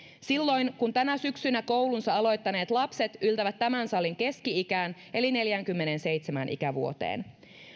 silloin kun tänä syksynä koulunsa aloittaneet lapset yltävät tämän salin keski ikään eli neljäänkymmeneenseitsemään ikävuoteen